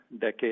decade